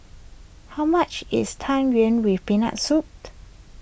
how much is Tang Yuen with Peanut Soup